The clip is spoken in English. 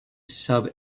sub